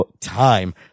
Time